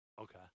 Okay